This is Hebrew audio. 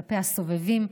כלפי הסובבים,